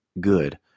good